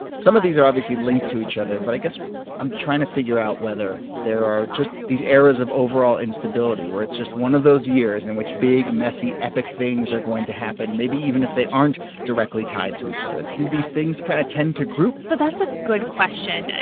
some of these are obviously linked to each other, but i guess i'm trying to figure out whether there are just these areas of overall instability where it's just one of those years in which big, messy epic things are going to happen, maybe even if they aren't directly tied to each other. do these things kind of tend to group? so that's a good question.